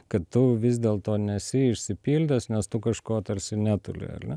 kad tu vis dėlto nesi išsipildęs nes tu kažko tarsi netuli ar ne